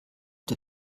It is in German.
der